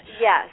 Yes